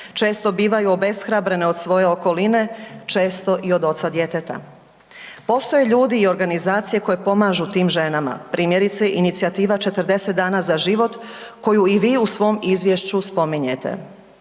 često bivaju obeshrabrene od svoje okoline, često i od oca djeteta. Postoje ljudi i organizacije koje pomažu tim ženama primjerice inicijativa 40 dana za život koju i vi u svom izvješću spominjete.